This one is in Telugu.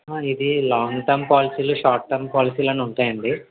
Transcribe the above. ఇది లాంగ్ టర్మ్ పాలసీలు షార్ట్ టర్మ్ పాలసీలు అని ఉంటాయండి